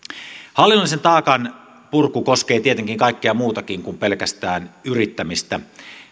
hallinnollisen taakan purku koskee tietenkin kaikkea muutakin kuin pelkästään yrittämistä